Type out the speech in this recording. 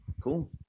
Cool